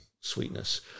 sweetness